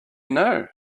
know